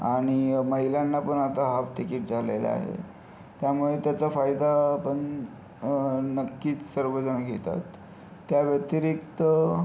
आणि महिलांना पण आता हाफ तिकीट झालेलं आहे त्यामुळे त्याचा फायदा पन नक्कीच सर्वजण घेतात त्या व्यतिरिक्त